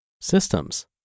systems